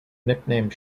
nickname